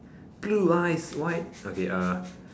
blue eyes white okay uh